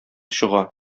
чыга